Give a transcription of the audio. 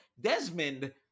Desmond